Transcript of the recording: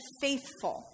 faithful